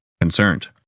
concerned